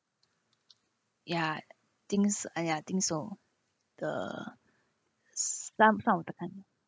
ya things ah ya I think so the s~